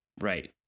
Right